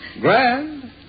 Grand